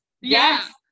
Yes